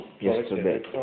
yesterday